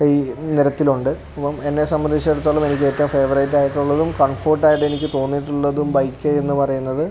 ഈ നിരത്തിലുണ്ട് അപ്പോള് എന്നെ സംബന്ധിച്ചിടത്തോളം എനിക്കേറ്റവും ഫേവറേറ്റായിട്ടുട്ടുള്ളതും കംഫർട്ടായിട്ടെനിക്ക് തോന്നിയിട്ടുള്ളതും ബൈക്ക് എന്ന് പറയുന്നത്